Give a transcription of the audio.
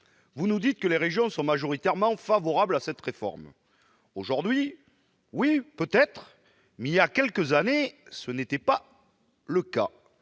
vous nous dites que les régions sont majoritairement favorables à cette réforme. Aujourd'hui, oui, peut-être, mais il y a quelques années, ce n'était pas le cas